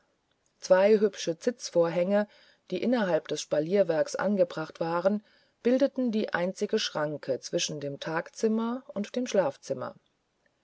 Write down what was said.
zwei hübsche zitzvorhänge die innerhalb des spalierwerks angebracht waren bildeten die einzige schranke zwischen dem tagzimmer und dem schlafzimmer